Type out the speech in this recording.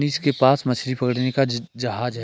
मनीष के पास मछली पकड़ने का जहाज है